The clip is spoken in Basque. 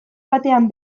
batean